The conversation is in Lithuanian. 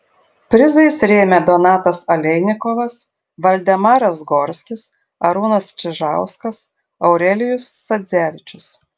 prizais rėmė donatas aleinikovas valdemaras gorskis arūnas čižauskas aurelijus sadzevičius